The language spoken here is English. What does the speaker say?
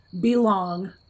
belong